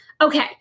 Okay